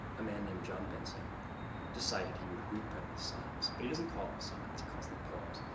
a man named john benson decided he would reprint the sonnets, but he doesn't call them sonnets he calls them poems.